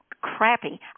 crappy